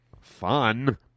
fun